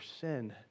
sin